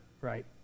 right